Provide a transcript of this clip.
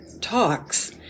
talks